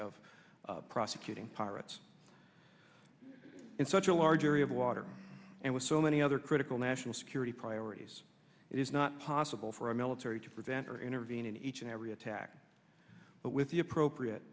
of prosecuting pirates in such a large area of water and with so many other critical national security priorities it is not possible for a military to prevent or intervene in each and every attack but with the appropriate